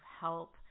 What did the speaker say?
help